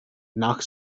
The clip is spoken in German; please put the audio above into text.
nach